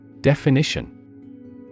Definition